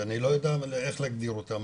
שאני לא יודע איך להגדיר אותם,